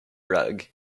rug